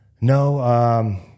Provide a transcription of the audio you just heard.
No